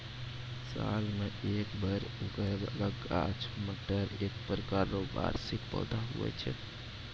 साल मे एक बेर उगै बाला गाछ मटर एक प्रकार रो वार्षिक पौधा हुवै छै